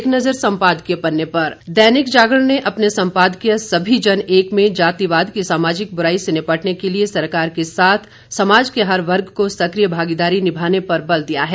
एक नजर सम्पादकीय पन्ने पर दैनिक जागरण ने अपने संपादकीय सभी जन एक में जातिवाद की सामाजिक बुराई से निपटने के लिए सरकार के साथ समाज के हर वर्ग को सकिय भागीदारी निभाने पर बल दिया है